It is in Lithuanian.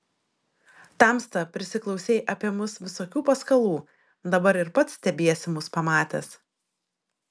tamsta prisiklausei apie mus visokių paskalų dabar ir pats stebiesi mus pamatęs